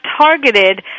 targeted